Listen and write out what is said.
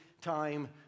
time